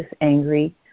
angry